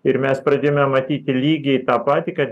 ir mes pradėjome matyti lygiai tą patį ką